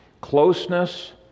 closeness